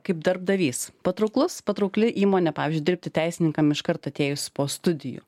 kaip darbdavys patrauklus patraukli įmonė pavyzdžiui dirbti teisininkams iškart atėjus po studijų